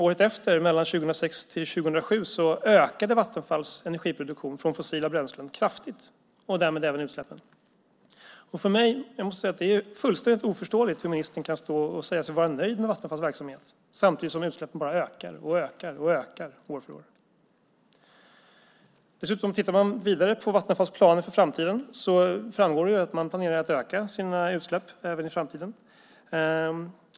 Året efter, mellan 2006 och 2007, ökade Vattenfalls energiproduktion från fossila bränslen kraftigt - och därmed även utsläppen. För mig är det fullständigt oförståeligt hur ministern kan stå här och säga sig vara nöjd med Vattenfalls verksamhet, samtidigt som utsläppen bara ökar och ökar år för år. Om man tittar på Vattenfalls planer för framtiden framgår det att man planerar att öka sina utsläpp även i framtiden.